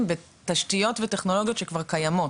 בתשתיות וטכנולוגיות שכבר קיימות.